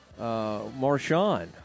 Marshawn